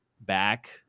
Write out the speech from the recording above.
back